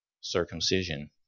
circumcision